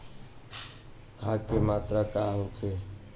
खाध के मात्रा का होखे?